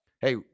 hey